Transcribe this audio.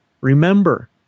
remember